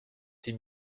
six